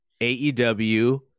AEW